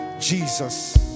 Jesus